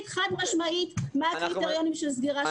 חד-משמעית מהם הקריטריונים של סגירת אותו מוסד.